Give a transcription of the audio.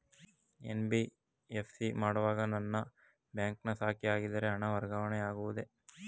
NBFC ಮಾಡುವಾಗ ನನ್ನ ಬ್ಯಾಂಕಿನ ಶಾಖೆಯಾಗಿದ್ದರೆ ಹಣ ವರ್ಗಾವಣೆ ಆಗುವುದೇ?